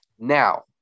Now